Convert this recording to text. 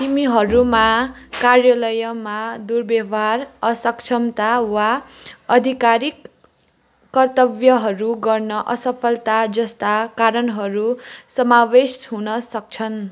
तिमीहरूमा कार्यालयमा दुर्व्यवहार असक्षमता वा आधिकारिक कर्त्तव्यहरू गर्न असफलता जस्ता कारणहरू समावेश हुन सक्छन्